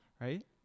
Right